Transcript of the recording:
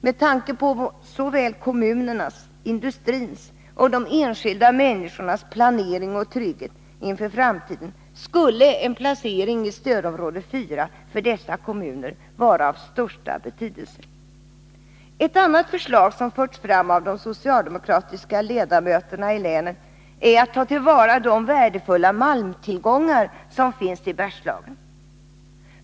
Med tanke på såväl kommunernas och industrins som de enskilda människornas planering och trygghet inför framtiden skulle en placering i stödområde 4 för dessa kommuner vara av största betydelse. Ett annat förslag som förts fram av de socialdemokratiska ledamöterna i länet är att man skall ta till vara de värdefulla malmtillgångar som finns i Bergslagen.